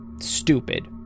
stupid